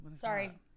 Sorry